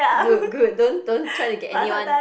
good good don't don't try to get anyone